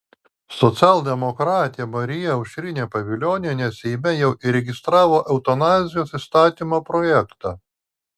socialdemokratė marija aušrinė pavilionienė seime jau įregistravo eutanazijos įstatymo projektą